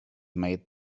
made